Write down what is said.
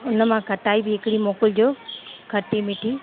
उन मां खटाई बि हिकिड़ी मोकिलिजो खटी मिठी